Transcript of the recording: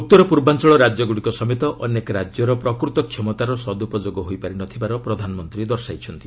ଉତ୍ତର ପୂର୍ବାଞ୍ଚଳ ରାଜ୍ୟଗୁଡ଼ିକ ସମେତ ଅନେକ ରାଜ୍ୟର ପ୍ରକୃତ କ୍ଷମତାର ସଦ୍ପଯୋଗ ହୋଇପାରି ନଥିବାର ପ୍ରଧାନମନ୍ତ୍ରୀ ଦର୍ଶାଇଛନ୍ତି